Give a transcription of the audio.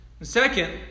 Second